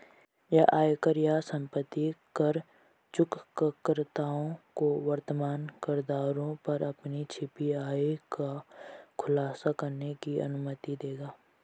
यह आयकर या संपत्ति कर चूककर्ताओं को वर्तमान करदरों पर अपनी छिपी आय का खुलासा करने की अनुमति देगा